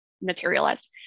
materialized